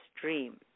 dream